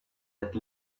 had